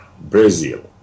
Brazil